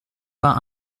pas